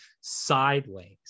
sideways